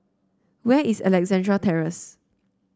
where is Alexandra Terrace